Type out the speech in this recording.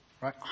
right